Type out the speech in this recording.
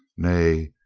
nay,